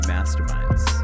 Masterminds